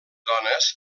dones